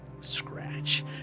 scratch